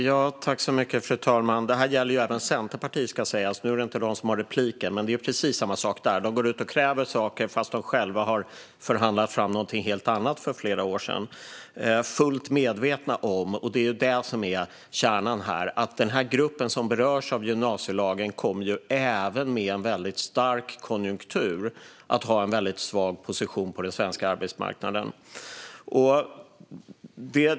Fru talman! Det här gäller även Centerpartiet. Det är inte de som har repliken, men det är precis samma sak där. De kräver saker trots att de själva förhandlade fram något helt annat för flera år sedan, fullt medvetna om - det är kärnan i det här - att gruppen som berörs av gymnasielagen kom ju även med en stark konjunktur att ha en väldigt svag position på den svenska arbetsmarknaden.